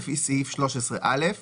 אפשר לראות